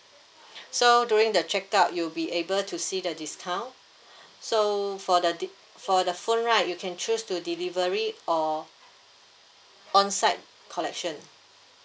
so during the check out you'll be able to see the discount so for the de~ for the phone right you can choose to delivery or on site collection